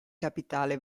capitale